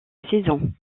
saison